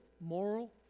moral